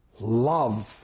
love